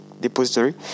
Depository